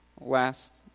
Last